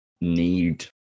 need